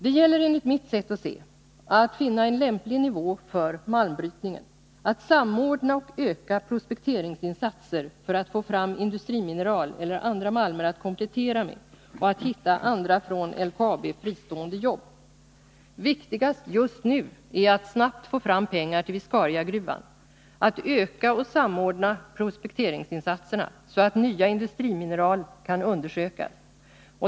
Det gäller enligt mitt sätt att se att finna en lämplig nivå för malmbrytningen, att samordna och öka prospekteringsinsatser för att få fram industrimineral eller andra malmer att komplettera med och att hitta andra från LKAB fristående jobb. Viktigast just nu är att snabbt få fram pengar till Viscariagruvan, att öka och samordna prospekteringsinsatserna, så att nya industrimineraler kan undersökas.